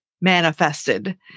manifested